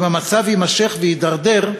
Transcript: אם המצב יימשך ויתדרדר,